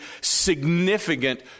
significant